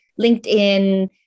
LinkedIn